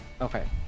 okay